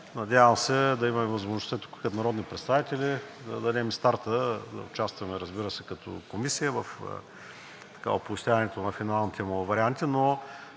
Надявам се да имаме възможността като народни представители да дадем старта да участваме, разбира се, като Комисия в оповестяването на финалните му варианти, но